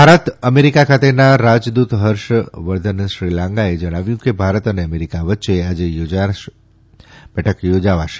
ભારતના અમેરિકા ખાતેના રાજદ્રત ફર્ષવર્ધન શ્રીંગલાએ જણાવ્યું કે ભારત અને અમેરિકા વચ્ચે આજે યોજાવાશે